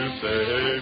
say